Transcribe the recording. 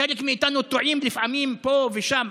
חלק מאיתנו טועים לפעמים פה ושם,